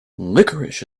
licorice